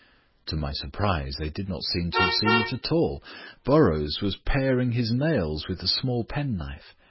to my surprise they did not seem to have seen it at all burrows was paring his nails with a small penknife.